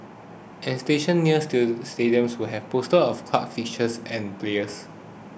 and station nears to stadiums will have posters of club fixtures and players